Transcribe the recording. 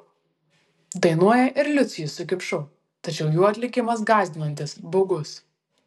dainuoja ir liucius su kipšu tačiau jų atlikimas gąsdinantis baugus